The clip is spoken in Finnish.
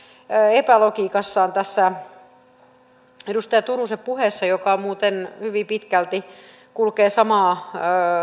epälogiikassa edustaja turusen puheessa joka muuten hyvin pitkälti kulkee samaa